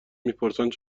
میپرسند